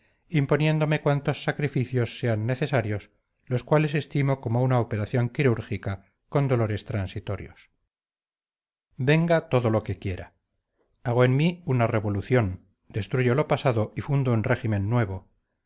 imponiéndome cuantos sacrificios sean necesarios los cuales estimo como una operación quirúrgica con dolores transitorios venga todo lo que quiera hago en mí una revolución destruyo lo pasado y fundo un régimen nuevo